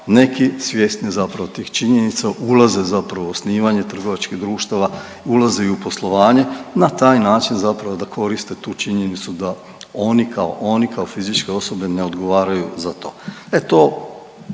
Neki svjesni zapravo tih činjenica ulaze zapravo u osnivanje trgovačkih društava, ulaze i u poslovanje na taj način zapravo da koriste tu činjenicu da oni kako oni, kao fizičke osobe ne odgovaraju za to. E to,